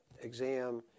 exam